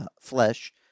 flesh